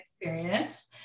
experience